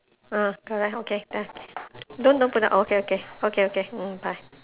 ah correct okay done don't don't put down okay okay okay okay mm bye